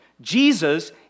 Jesus